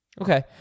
Okay